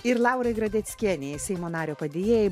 ir laurai gradeckienei seimo nario padėjėjai